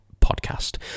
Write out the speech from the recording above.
podcast